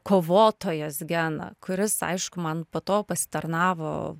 kovotojos geną kuris aišku man po to pasitarnavo